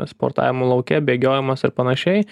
sportavimui lauke bėgiojimas ir panašiai